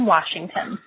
Washington